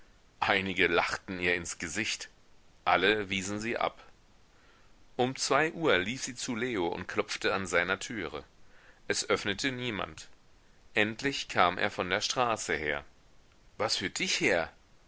einige lachten ihr ins gesicht alle wiesen sie ab um zwei uhr lief sie zu leo und klopfte an seiner türe es öffnete niemand endlich kam er von der straße her was führt dich her